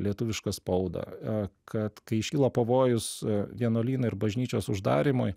lietuvišką spaudą kad kai iškilo pavojus vienuolyno ir bažnyčios uždarymui